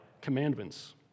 commandments